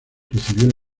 recibió